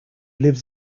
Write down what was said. lives